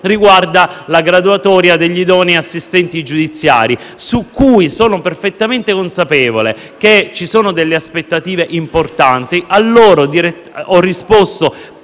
riguarda la graduatoria degli idonei assistenti giudiziari: sono perfettamente consapevole che ci sono delle aspettative importanti. Agli interessati